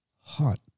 hot